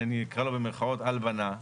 אני אקרא לו במירכאות "הלבנה",